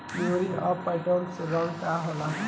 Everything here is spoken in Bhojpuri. म्यूरेट ऑफ पोटाश के रंग का होला?